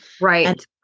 Right